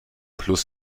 plus